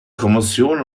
kommission